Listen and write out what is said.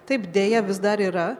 taip deja vis dar yra